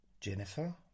Jennifer